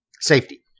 Safety